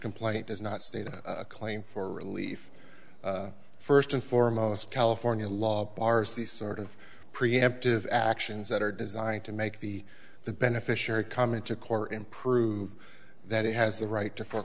complaint does not state a claim for relief first and foremost california law bars the sort of preemptive actions that are designed to make the the beneficiary come into court and prove that he has the right to for